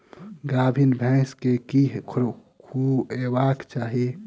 गाभीन भैंस केँ की खुएबाक चाहि?